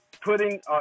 putting